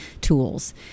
tools